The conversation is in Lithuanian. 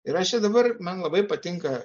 ir aš čia dabar man labai patinka